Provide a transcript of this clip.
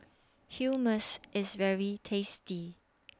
Hummus IS very tasty